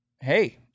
hey